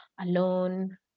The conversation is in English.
alone